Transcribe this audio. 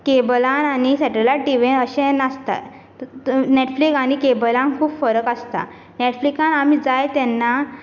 केबलां आनी satellite TV अशें नासता नेटफ्लिक आनी केबलांक खूब फरक आसता नेटफ्लिकांत आमी जाय तेन्ना